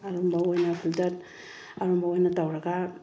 ꯑꯔꯨꯝꯕ ꯑꯣꯏꯅ ꯐꯤꯜꯇꯔ ꯑꯔꯨꯝꯕ ꯑꯣꯏꯅ ꯇꯧꯔꯒ